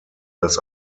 das